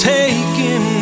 taken